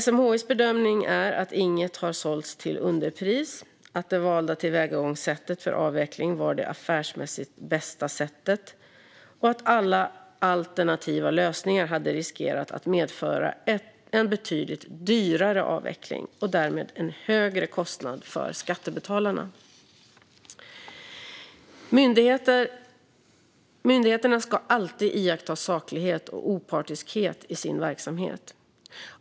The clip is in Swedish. SMHI:s bedömning är att inget har sålts till underpris, att det valda tillvägagångssättet för avveckling var det affärsmässigt bästa och att alla alternativa lösningar hade riskerat att medföra en betydligt dyrare avveckling och därmed en högre kostnad för skattebetalarna. Myndigheterna ska alltid iaktta saklighet och opartiskhet i sin verksamhet.